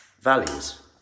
values